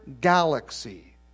galaxy